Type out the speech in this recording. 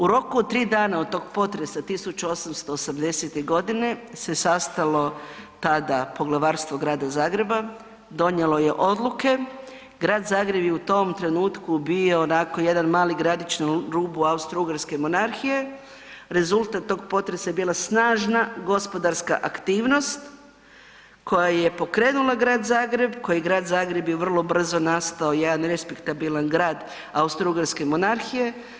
U roku od tri dana od tog potresa 1880.godine se sastalo tada poglavarstvo Grada Zagreba, donijelo je odluke, Grad Zagreb je u tom trenutku bio onako jedan mali gradić na rubu Austro-Ugarske monarhije, rezultat tog potresa je bila snažna gospodarska aktivnost koja je pokrenula Grad Zagreb, koji Grad Zagreb je vrlo brzo nastao jedan respektabilan rad Austro-Ugarske monarhije.